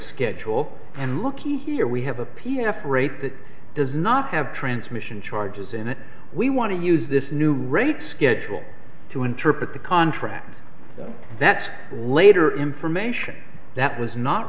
schedule and lookee here we have a p f rate that does not have transmission charges in it we want to use this new rate schedule to interpret the contract that's later information that was not